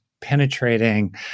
penetrating